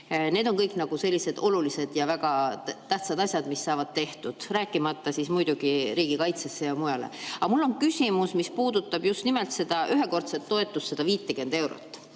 Need on kõik sellised olulised ja väga tähtsad asjad, mis saavad tehtud, rääkimata muidugi [eraldistest] riigikaitsesse ja mujale. Aga mul on küsimus, mis puudutab just nimelt seda ühekordset toetust 150 eurot.